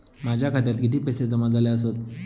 माझ्या खात्यात किती पैसे जमा झाले आसत?